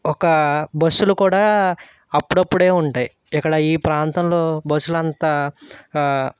ఒక బస్సులు కూడా అప్పుడప్పుడే ఉంటాయి ఎక్కడ ఈ ప్రాంతంలో బస్సులు అంత